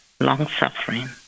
longsuffering